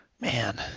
man